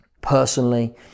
personally